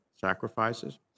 sacrifices